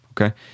okay